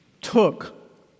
took